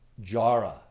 Jara